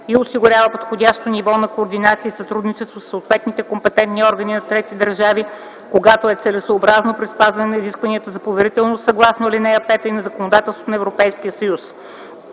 и осигурява подходящо ниво на координация и сътрудничество със съответните компетентни органи на трети държави, когато е целесъобразно, при спазване на изискванията за поверителност съгласно ал. 5 и на законодателството на Европейския съюз.